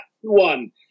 one